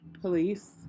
police